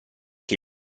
che